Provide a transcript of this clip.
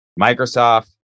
Microsoft